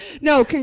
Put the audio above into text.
No